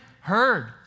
heard